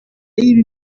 y’ibi